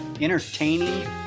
entertaining